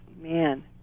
man